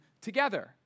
together